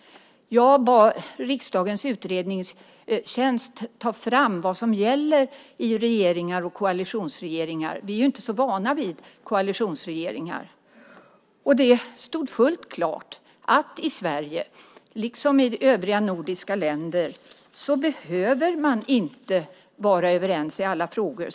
Jag bad riksdagens utredningstjänst att ta fram vad som gäller i regeringar och koalitionsregeringar - vi är ju inte så vana vid koalitionsregeringar. Det stod helt klart att man i Sverige, liksom i övriga nordiska länder, inte behöver vara överens i alla frågor.